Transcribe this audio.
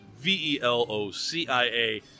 V-E-L-O-C-I-A